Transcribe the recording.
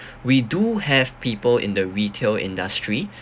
we do have people in the retail industry